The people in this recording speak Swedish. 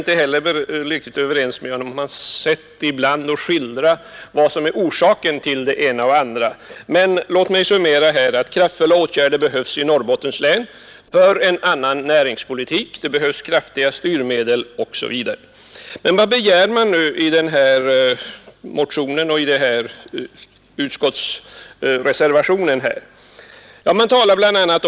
Inte heller är jag ense med honom om sättet att skildra vad som är orsaken till det ena och det andra. Men låt mig summera att i Norrbottens län behövs kraftfulla åtgärder för en annan näringspolitik. Det behövs kraftiga styrmedel etc. Men vad är det nu man begär i motionen 578 och i reservationen till näringsutskottets förevarande betänkande?